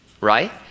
right